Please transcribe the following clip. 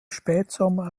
spätsommer